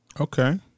Okay